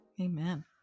Amen